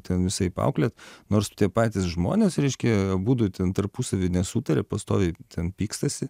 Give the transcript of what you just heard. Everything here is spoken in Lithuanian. ten visaip auklėt nors tie patys žmonės reiškia abudu ten tarpusavy nesutaria pastoviai ten pykstasi